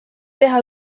teha